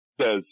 says